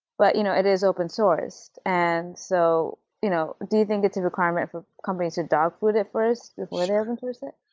but you know it is open-sourced. and so you know do you think it's a requirement for companies to dog food it first before they open-source it?